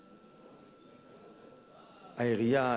העירייה,